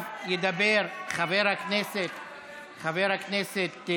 עכשיו ידבר חבר הכנסת שיקלי.